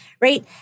right